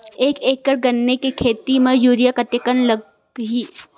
एक एकड़ गन्ने के खेती म यूरिया कतका लगही?